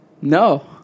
No